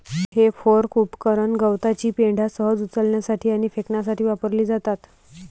हे फोर्क उपकरण गवताची पेंढा सहज उचलण्यासाठी आणि फेकण्यासाठी वापरली जातात